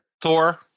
thor